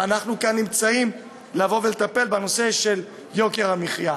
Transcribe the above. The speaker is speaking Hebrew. ואנחנו כאן נמצאים לבוא ולטפל בנושא של יוקר המחיה.